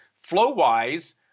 flow-wise